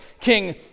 king